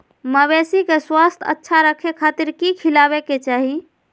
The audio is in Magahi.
मवेसी के स्वास्थ्य अच्छा रखे खातिर की खिलावे के चाही?